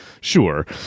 Sure